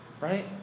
Right